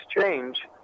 change